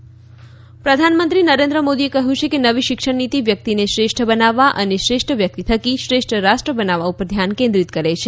પ્રધાનમંત્રી યુવા પ્રધાનમંત્રી નરેન્દ્ર મોદીએ કહ્યું છે કે નવી શિક્ષણ નીતિ વ્યક્તિને શ્રેષ્ઠ બનાવવા અને શ્રેષ્ઠ વ્યક્તિ થકી શ્રેષ્ઠ રાષ્ટ્ર બનાવવા ઉપર ધ્યાન કેન્દ્રિત કરે છે